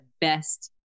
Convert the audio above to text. best